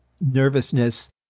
nervousness